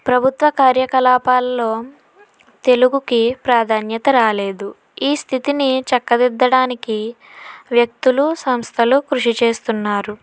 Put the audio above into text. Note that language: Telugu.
ప్రభుత్వ కార్యకలాపాలలో తెలుగుకు ప్రాధాన్యత రాలేదు ఈ స్థితిని చక్కదిద్దడానికి వ్యక్తులు సంస్థలు కృషి చేస్తున్నారు